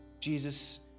Jesus